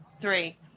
Three